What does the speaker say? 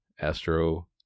astro